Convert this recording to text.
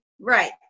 Right